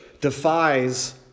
defies